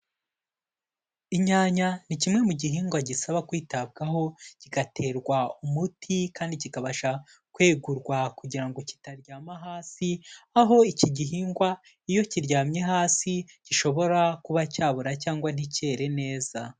Inyanya ni kimwe mu gihingwa gisaba kwitabwaho kigaterwa umuti kandi kikabasha kwegurwa kugira ngo kitaryama hasi, aho iki gihingwa iyo kiryamye hasi gishobora kuba cyabora cyangwa nticyere neza.